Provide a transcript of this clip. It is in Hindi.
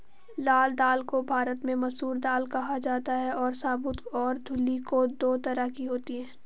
लाल दाल को भारत में मसूर दाल कहा जाता है और साबूत और धुली दो तरह की होती है